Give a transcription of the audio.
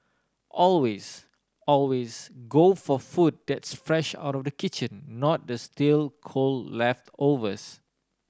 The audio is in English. always always go for food that's fresh out of the kitchen not the stale cold leftovers